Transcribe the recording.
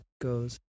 goes